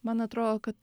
man atrodo kad